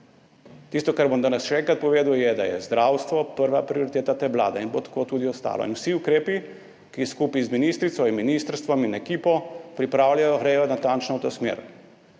Tisto, kar bom danes še enkrat povedal, je, da je zdravstvo prva prioriteta te vlade in bo tako tudi ostalo. Vsi ukrepi, ki jih skupaj z ministrico in ministrstvom in ekipo pripravljajo, gredo natančno v to smer,